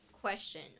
Question